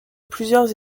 plusieurs